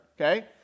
okay